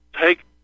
take